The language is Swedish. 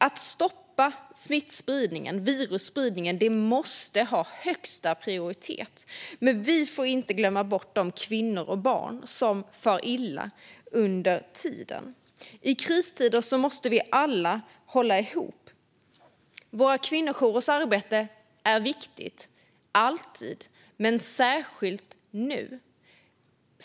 Att stoppa smittspridningen och virusspridningen måste ha högsta prioritet, men vi får inte glömma bort de kvinnor och barn som far illa under tiden. I kristider måste vi alla hålla ihop. Våra kvinnojourers arbete är alltid viktigt, men särskilt nu.